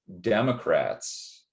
Democrats